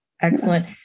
Excellent